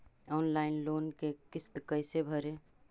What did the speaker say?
Online loan के किस्त कैसे भरे?